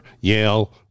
yale